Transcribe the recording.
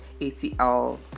ATL